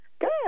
Good